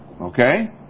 Okay